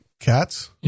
cats